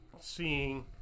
seeing